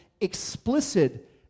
explicit